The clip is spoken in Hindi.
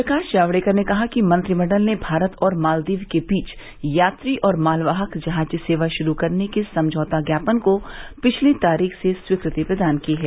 प्रकाश जावडेकर कहा कि मंत्रिमंडल ने भारत और मालदीव के बीच यात्री और मालवाहक जहाज सेवा शुरू करने के समझौता ज्ञापन को पिछली तारीख से स्वीकृति प्रदान की है